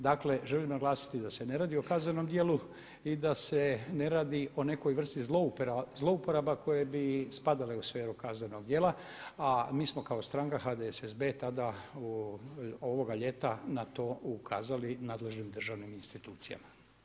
Dakle, želim naglasiti da se ne radi o kaznenom djelu i da se ne radi o nekoj vrsti zlouporaba koje bi spadale u sferu kaznenog djela, a mi smo kao stranka HDSSB tada ovoga ljeta na to ukazali nadležnim državnim institucijama.